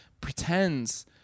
Pretends